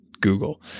Google